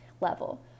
level